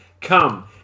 come